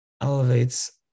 elevates